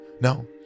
no